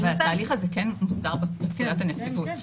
התהליך הזה מוסדר בפקודת הנציבות.